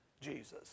Jesus